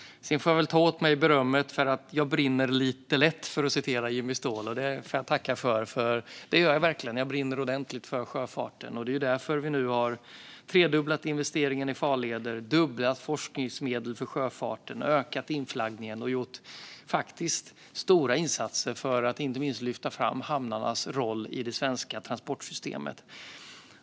Jag får ta åt mig berömmet att jag "brinner lite lätt" för att citera Jimmy Ståhl. Jag tackar för det, för det gör jag verkligen. Jag brinner ordentligt för sjöfarten. Därför har vi tredubblat investeringen i farleder, dubblat forskningsmedlen för sjöfarten, ökat inflaggningen och gjort stora insatser för att inte minst lyfta fram hamnarnas roll i det svenska transportsystemet.